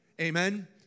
Amen